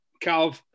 Cal